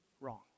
wrong